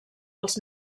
als